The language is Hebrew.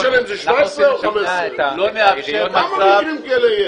מה זה משנה אם זה 17 או 15. יהיה קשה לקבל החלטות.